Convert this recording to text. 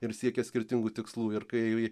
ir siekia skirtingų tikslų ir kai